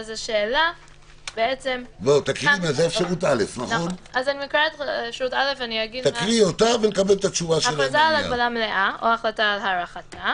אז אקריא את אפשרות א': הכרזה על הגבלה מלאה או החלטה על הארכתה